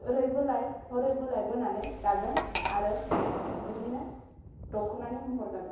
ओरै बोलाय हरै बोलाय बोनानै दागोन आरो बिदिनो दख'नानि महर जागोन